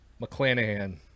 McClanahan